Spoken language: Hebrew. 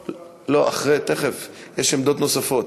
לא, אחרי, תכף, יש עמדות נוספות.